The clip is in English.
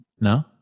No